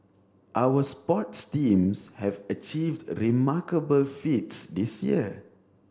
our sports teams have achieved remarkable feats this year